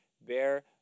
bear